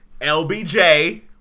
LBJ